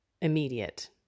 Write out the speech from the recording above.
immediate